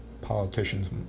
politicians